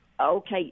Okay